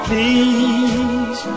Please